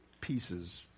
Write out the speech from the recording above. pieces